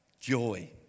joy